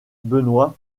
benoist